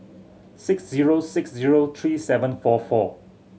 six zero six zero three seven four four